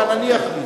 כאן אני אחליט.